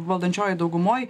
valdančiojoj daugumoj